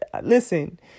listen